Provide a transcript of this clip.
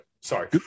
Sorry